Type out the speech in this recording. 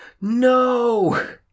No